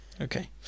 Okay